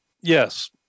Yes